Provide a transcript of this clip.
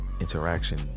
interaction